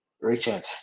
Richard